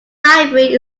library